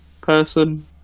person